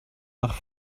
nach